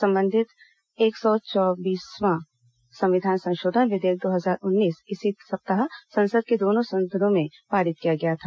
संबंधित एक सौ संविधान संशोधन विधेयक दो हजार उन्नीस इसी सप्ताह संसद के दोनों सदनों में पारित चौबीसवां किया गया था